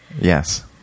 Yes